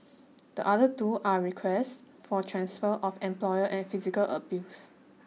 the other two are requests for transfer of employer and physical abuse